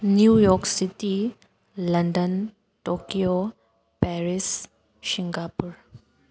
New York City London Tokyo Paris Singapore